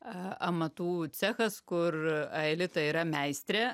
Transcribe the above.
amatų cechas kur aelita yra meistrė